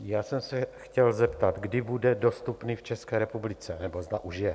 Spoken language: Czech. Já jsem se chtěl zeptat, kdy bude dostupný v České republice, nebo zda už je.